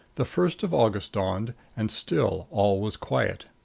the first of august dawned, and still all was quiet.